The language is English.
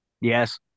Yes